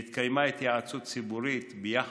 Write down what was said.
והתקיימה התייעצות ציבורית בנוגע